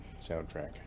soundtrack